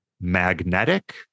magnetic